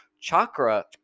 chakra